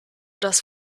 das